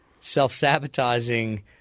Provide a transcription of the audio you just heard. self-sabotaging